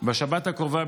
בשבת הקרובה,